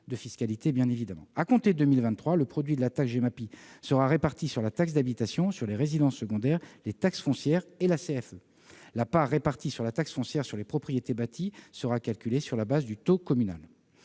de fiscalité. À compter de 2023, le produit de la taxe Gemapi sera réparti sur la taxe d'habitation sur les résidences secondaires, les taxes foncières et la CFE. La part répartie sur la taxe foncière sur les propriétés bâties sera calculée sur la base du taux communal.